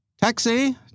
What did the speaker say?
Taxi